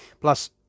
Plus